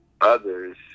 others